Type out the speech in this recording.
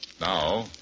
Now